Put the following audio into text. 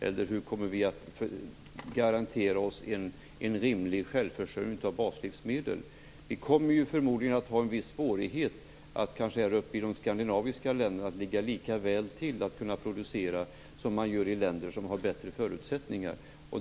Eller hur kommer vi att kunna garantera en rimlig självförsörjning av baslivsmedel? Vi kommer förmodligen att ha en viss svårighet här uppe i de skandinaviska länderna att ligga lika bra till när det gäller att producera som man gör i länder som har bättre förutsättningar.